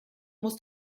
muss